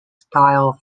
style